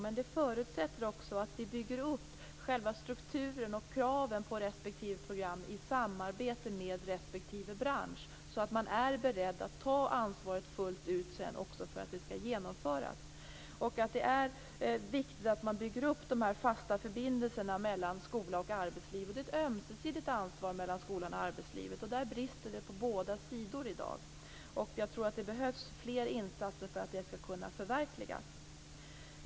Men det förutsätter att vi bygger upp själva strukturen och kraven på respektive program i samarbete med respektive bransch så att man är beredd att ta ansvaret fullt ut för att det skall genomföras. Det är viktigt att man bygger upp fasta förbindelser mellan skola och arbetsliv. Det är ett ömsesidigt ansvar mellan skola och arbetsliv. Där brister det på båda sidor i dag. Jag tror att det behövs fler insatser för att det skall kunna förverkligas.